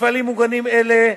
מפעלים מוגנים אלה,